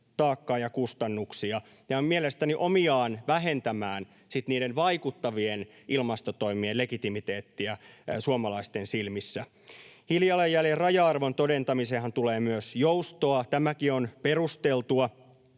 taakkaa ja kustannuksia ja on mielestäni omiaan vähentämään niiden vaikuttavien ilmastotoimien legitimiteettiä suomalaisten silmissä. Hiilijalanjäljen raja-arvon todentamiseenhan tulee myös joustoa. Tämäkin on perusteltua.